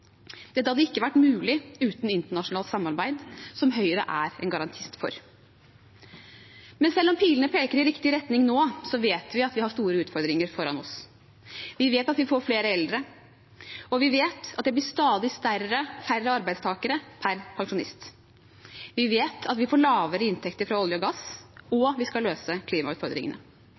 Dette hadde ikke vært mulig uten internasjonalt samarbeid, som Høyre er en garantist for. Men selv om pilene peker i riktig retning nå, vet vi at vi har store utfordringer foran oss. Vi vet at vi får flere eldre, og vi vet at det blir stadig færre arbeidstakere per pensjonist. Vi vet at vi får lavere inntekter fra olje og gass, og vi skal løse klimautfordringene.